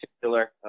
particular